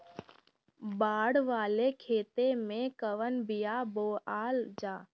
बाड़ वाले खेते मे कवन बिया बोआल जा?